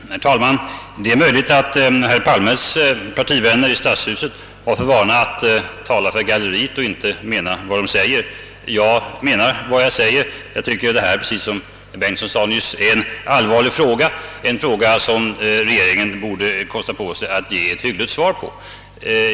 Herr talman! Det är möjligt att herr Palmes partivänner i stadshuset har för vana att tala för galleriet och inte mena vad de säger. Jag menar vad jag säger. Jag tycker att detta — såsom herr Bengtson nyss sade — är en allvarlig fråga som regeringen borde kosta på sig att ge ett hyggligt svar på.